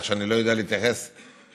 כך שאני לא יודע להתייחס בתשובה.